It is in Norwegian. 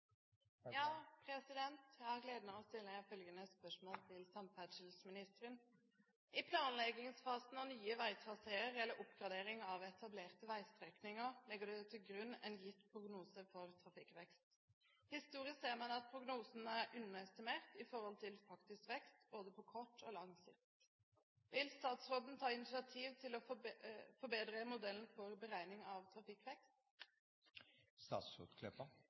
planleggingsfasen av nye veitraseer eller oppgradering av etablerte veistrekninger legges det til grunn en gitt prognose for trafikkvekst. Historisk ser man at prognosen er underestimert i forhold til faktisk vekst, både på kort og lang sikt. Vil statsråden ta initiativ til å forbedre modellen for beregning av